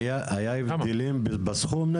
היה הבדלים בסכום?